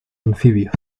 anfibios